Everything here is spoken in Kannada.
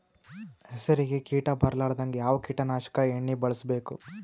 ಹೆಸರಿಗಿ ಕೀಟ ಬರಲಾರದಂಗ ಯಾವ ಕೀಟನಾಶಕ ಎಣ್ಣಿಬಳಸಬೇಕು?